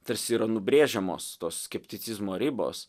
tarsi yra nubrėžiamos tos skepticizmo ribos